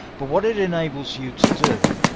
but what it enables you to do,